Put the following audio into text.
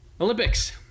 Olympics